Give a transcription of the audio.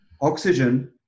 oxygen